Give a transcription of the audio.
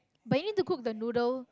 but you need to cook the noodle